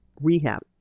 rehab